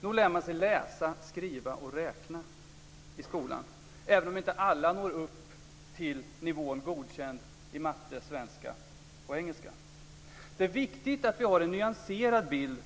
Nog lär man sig läsa, skriva och räkna i skolan, även om inte alla når upp till nivån Godkänd i matematik, svenska och engelska. Det är viktigt att vi har en nyanserad bild